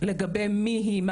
לגבי מי היא,